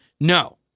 No